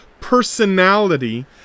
personality